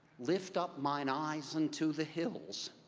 lift up mine eyes into the hills.